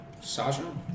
Sasha